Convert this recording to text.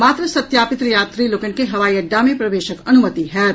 मात्र सत्यापित यात्री लोकनि के हवाई अड्डा मे प्रवेशक अनुमति होयत